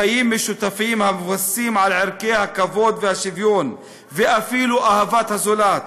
חיים משותפים המבוססים על ערכי הכבוד והשוויון ואפילו אהבת הזולת: